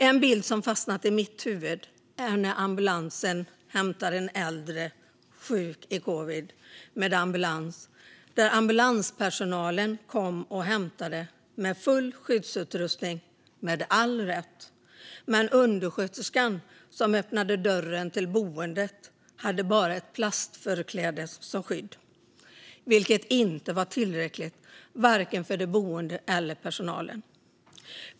En bild som fastnat i mitt huvud är en äldre sjuk i covid som hämtades av ambulanspersonal med full skyddsutrustning, med all rätt, medan undersköterskan som öppnade dörren till boendet bara hade ett platsförkläde som skydd, vilket inte var tillräckligt för vare sig de boende eller personalen.